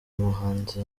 muhanzi